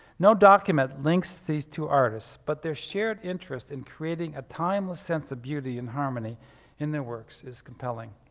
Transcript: no document links these two artists but their shared interest in creating a timeless sense of beauty and harmony in their works is compelling.